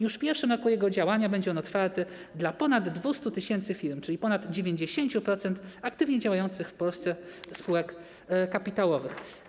Już w pierwszym roku jego działania będzie on otwarty dla ponad 200 tys. firm, czyli ponad 90% aktywnie działających w Polsce spółek kapitałowych.